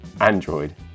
Android